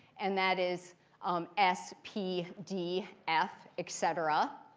and that is um s, p, d, f, et cetera.